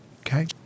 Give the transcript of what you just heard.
Okay